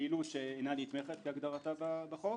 אינה נתמכת כהגדרתה בחוק